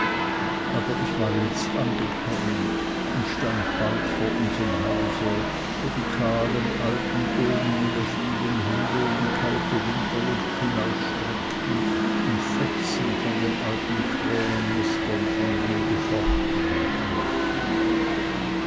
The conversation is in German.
aber ich war jetzt angekommen und stand bald vor unserm hause wo die kahlen alten ulmen ihre vielen hände in die kalte winterluft hinausstreckten und fetzen von den alten krähennestern vom winde fortgeweht wurden